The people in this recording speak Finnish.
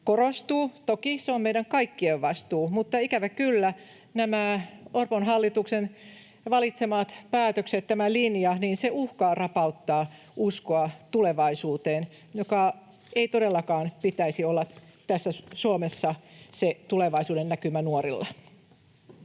korostuu. Toki se on meidän kaikkien vastuu, mutta ikävä kyllä nämä Orpon hallituksen valitsemat päätökset, tämä linja, uhkaavat rapauttaa uskoa tulevaisuuteen. Sen ei todellakaan pitäisi olla Suomessa se tulevaisuudennäkymä nuorilla.